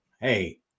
hey